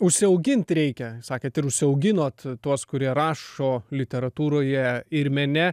užsiaugint reikia sakėt ir užsiauginot tuos kurie rašo literatūroje ir mene